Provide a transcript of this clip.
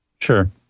Sure